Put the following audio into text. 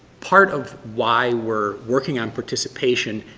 part of why we're working on participation,